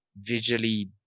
visually